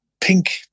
pink